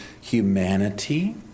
humanity